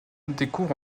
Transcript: découvre